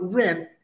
rent